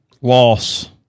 Loss